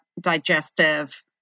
digestive